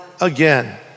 again